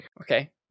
Okay